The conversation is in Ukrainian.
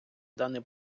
даний